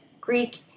Greek